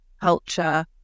culture